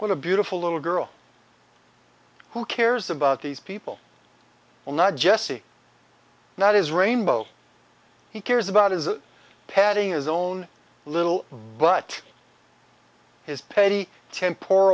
what a beautiful little girl who cares about these people well not jesse not his rainbow he cares about is patting his own little of but his petty temp